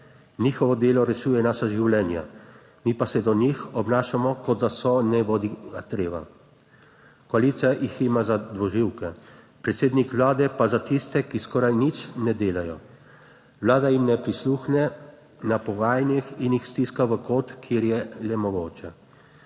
Njihovo delo rešuje naša življenja, mi pa se do njih obnašamo, kot da so nebodigatreba. Koalicija jih ima za dvoživke, predsednik Vlade pa za tiste, ki skoraj nič ne delajo. Vlada jim ne prisluhne na pogajanjih in jih stiska v kot, kjer je le mogoče.